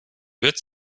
wird